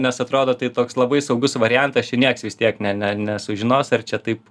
nes atrodo tai toks labai saugus variantas čia nieks vis tiek ne ne nesužinos ar čia taip